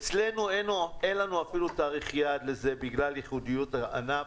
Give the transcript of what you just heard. אצלנו אין לנו אפילו תאריך יעד לזה בגלל ייחודיות הענף